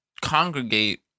congregate